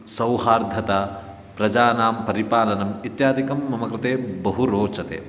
सौहार्धता प्रजानां परिपालनम् इत्यादिकं मम कृते बहु रोचते